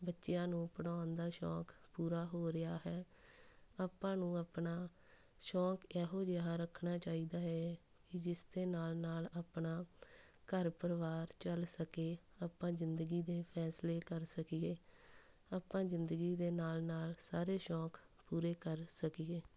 ਬੱਚਿਆਂ ਨੂੰ ਪੜ੍ਹਾਉਣ ਦਾ ਸ਼ੌਕ ਪੂਰਾ ਹੋ ਰਿਹਾ ਹੈ ਆਪਾਂ ਨੂੰ ਆਪਣਾ ਸ਼ੌਕ ਇਹੋ ਜਿਹਾ ਰੱਖਣਾ ਚਾਹੀਦਾ ਹੈ ਕਿ ਜਿਸਦੇ ਨਾਲ਼ ਨਾਲ਼ ਆਪਣਾ ਘਰ ਪਰਿਵਾਰ ਚੱਲ ਸਕੇ ਆਪਾਂ ਜ਼ਿੰਦਗੀ ਦੇ ਫੈਸਲੇ ਕਰ ਸਕੀਏ ਆਪਾਂ ਜ਼ਿੰਦਗੀ ਦੇ ਨਾਲ਼ ਨਾਲ਼ ਸਾਰੇ ਸ਼ੌਕ ਪੂਰੇ ਕਰ ਸਕੀਏ